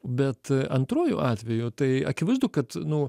bet antruoju atveju tai akivaizdu kad nu